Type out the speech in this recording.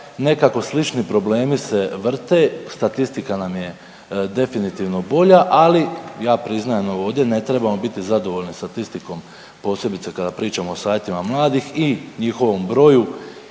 Nekako slični problemi se vrte, statistika nam je definitivno bolja, ali ja priznajem ovdje, ne trebamo biti zadovoljni statistikom, posebice kada pričamo o savjetima mladih i njihovom broju